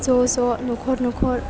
ज' ज' न'खर न'खर